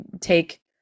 take